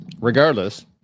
Regardless